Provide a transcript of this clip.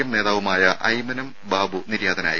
M നേതാവുമായ ഐമനം ബാബു നിര്യാതനായി